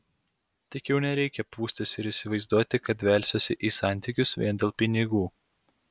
tik jau nereikia pūstis ir įsivaizduoti kad velsiuosi į santykius vien dėl pinigų